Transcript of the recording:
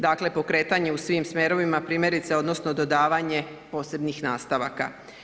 Dakle, pokretanje u svim smjerovima primjerice odnosno dodavanje posebnih nastavaka.